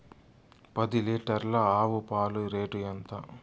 పది లీటర్ల ఆవు పాల రేటు ఎంత?